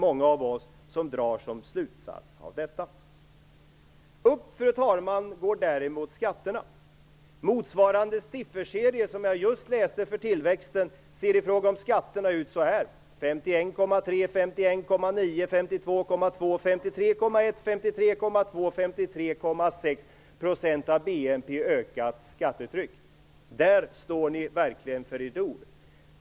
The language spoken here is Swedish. Många av oss drar av detta slutsatsen att det är slut på idéerna. Däremot går skatterna upp, fru talman. Motsvarigheten till den sifferserie som jag just läste upp beträffande tillväxten ser i fråga om ökningen av skattetrycket ut så här: 51,3 %, 51,9 %, 52,2 %, 53,1 %, 53,2 % och 53,6 % av BNP. När det gäller ett ökat skattetryck så står ni verkligen för ert ord!